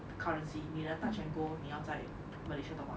currency 你的 touch and go 你要在 malaysia top up